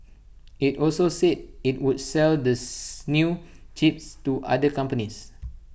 IT also said IT would sell this new chips to other companies